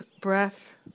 Breath